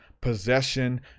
possession